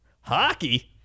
hockey